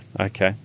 okay